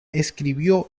escribió